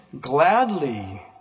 gladly